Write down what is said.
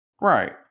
Right